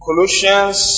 Colossians